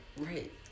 Right